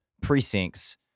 precincts